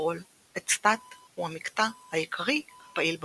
טוקופרול אצטאט הוא המקטע העיקרי הפעיל בגוף.